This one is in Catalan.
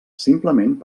simplement